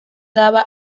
daba